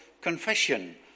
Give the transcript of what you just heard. Confession